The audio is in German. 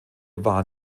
waren